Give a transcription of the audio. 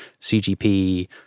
CGP